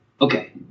Okay